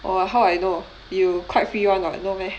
orh how I know you quite free [one] [what] no meh